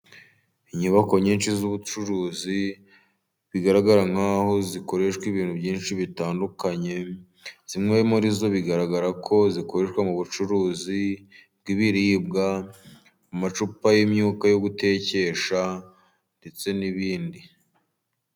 Inyubako nyinshi z'ubucuruzi， bigaragara nk'aho zikoreshwa ibintu byinshi bitandukanye， zimwe muri zo bigaragara ko zikoreshwa mu bucuruzi bw'ibiribwa， amacupa y'imyuka yo gutekesha ndetse n'ibindi.